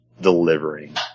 delivering